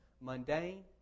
mundane